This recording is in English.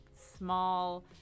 small